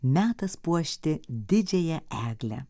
metas puošti didžiąją eglę